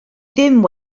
ddim